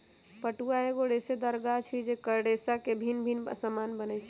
पटुआ एगो रेशेदार गाछ होइ छइ जेकर रेशा से भिन्न भिन्न समान बनै छै